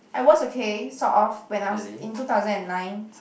I was okay sort of when I was in two thousand and nine